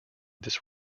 this